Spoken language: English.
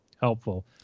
helpful